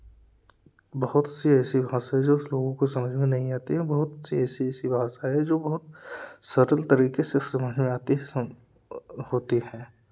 बहुत सी ऐसी भाषा जो लोगों को समझ में नहीं आती है बहुत सी ऐसी भाषा है जो बहुत सरल तरीके से समझ में आती है होती है